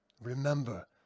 Remember